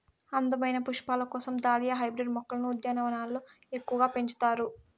అందమైన పుష్పాల కోసం దాలియా హైబ్రిడ్ మొక్కలను ఉద్యానవనాలలో ఎక్కువగా పెంచుతారు